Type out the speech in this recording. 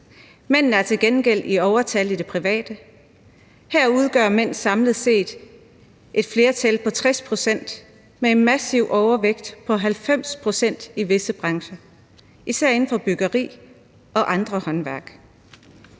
mændene til gengæld er i overtal i det private, hvor mænd samlet set udgør et flertal på 60 pct. med en massiv overvægt på 90 pct. i visse brancher – især inden for byggeri og andre håndværk.